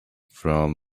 from